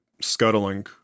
scuttling